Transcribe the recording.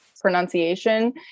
pronunciation